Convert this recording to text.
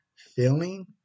Feeling